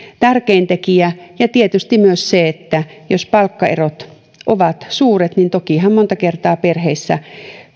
tärkein tekijä ja tietysti myös se että jos palkkaerot ovat suuret niin tokihan monta kertaa perheissä